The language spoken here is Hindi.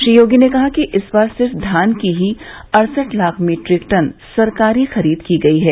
श्री योगी ने कहा कि इस बार सिर्फ धान की ही अड़सठ लाख मीट्रिक टन की सरकारी खरीद की गयी है